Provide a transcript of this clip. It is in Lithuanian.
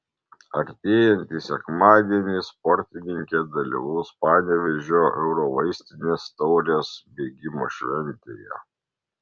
artėjantį sekmadienį sportininkė dalyvaus panevėžio eurovaistinės taurės bėgimo šventėje